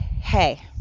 hey